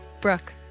Brooke